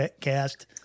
cast